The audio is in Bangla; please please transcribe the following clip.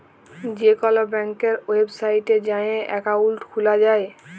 যে কল ব্যাংকের ওয়েবসাইটে যাঁয়ে একাউল্ট খুলা যায়